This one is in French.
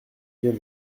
vient